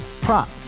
prop